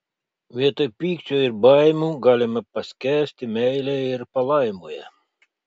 vietoj pykčio ir baimių galime paskęsti meilėje ir palaimoje